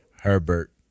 Herbert